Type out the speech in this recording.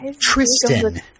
Tristan